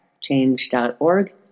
Change.org